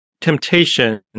temptation